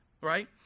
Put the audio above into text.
right